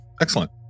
Excellent